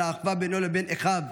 על האחווה בינו לבין אחיו,